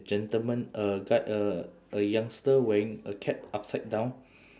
gentleman a guy a a youngster wearing a cap upside down